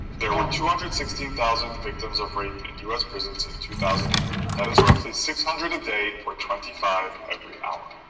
there were two hundred sixteen thousand victims of rape in us prisons in two thousand and eight that is roughly six hundred a day for twenty five every hour